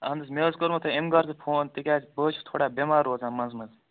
اَہن حظ مےٚ حظ کوٚرمو تۄہہِ امہِ غرضہٕ فون تِکیازِ بہٕ حظ چھُس تھوڑا بیٚمار روزان منٛزٕ مَنٛزٕ